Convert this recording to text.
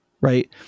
right